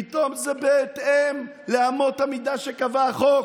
פתאום זה בהתאם לאמות המידה שקבע החוק.